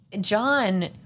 John